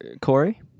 Corey